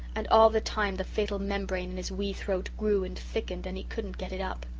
and all the time the fatal membrane in his wee throat grew and thickened and he couldn't get it up.